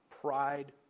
Pride